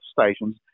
stations